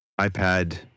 ipad